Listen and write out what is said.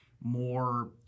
more